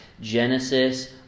Genesis